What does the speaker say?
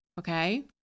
Okay